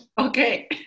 Okay